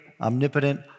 omnipotent